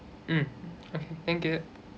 mm okay thank you